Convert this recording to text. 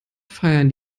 feiern